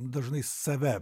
dažnai save